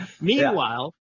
Meanwhile